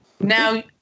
Now